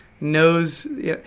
Knows